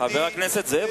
חבר הכנסת זאב,